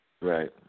Right